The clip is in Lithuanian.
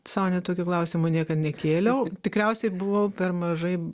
sau net tokio klausimo niekad nekėliau tikriausiai buvau per mažai